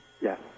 Yes